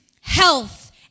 health